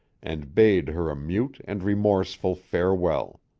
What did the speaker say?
and bade her a mute and remorseful farewell.